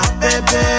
baby